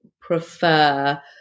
prefer